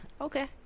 Okay